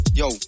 yo